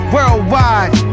Worldwide